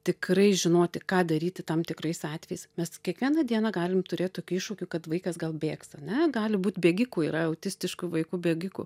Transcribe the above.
tikrai žinoti ką daryti tam tikrais atvejais mes kiekvieną dieną galim turėt tokių iššūkių kad vaikas gal bėgs ane gali būt bėgikų yra autistiškų vaikų bėgikų